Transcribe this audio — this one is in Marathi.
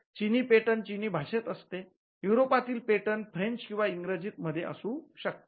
चिनी पेटंट चीनी भाषेत असते युरोपातील पेटंट फ्रेंच किंवा इंग्रजीत मध्ये असू शकते